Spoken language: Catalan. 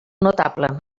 notable